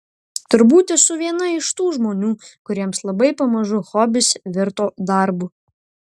turbūt esu viena iš tų žmonių kuriems labai pamažu hobis virto darbu